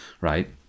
right